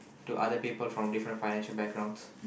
to other people from different financial backgrounds